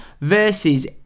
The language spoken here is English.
Versus